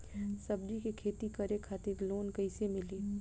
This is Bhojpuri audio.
सब्जी के खेती करे खातिर लोन कइसे मिली?